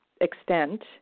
extent